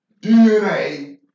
DNA